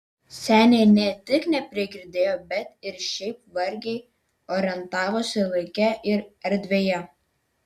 senė ne tik neprigirdėjo bet ir šiaip vargiai orientavosi laike ir erdvėje